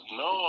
no